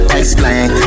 explain